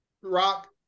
Rock